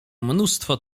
mnóstwo